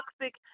toxic